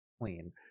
clean